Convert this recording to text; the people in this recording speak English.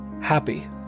happy